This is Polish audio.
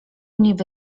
niby